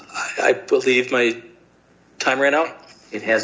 i believe my time right now it has